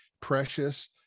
precious